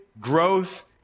growth